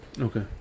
Okay